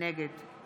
נגד